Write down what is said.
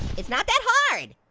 it's not that hard.